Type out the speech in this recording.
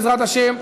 בעזרת השם,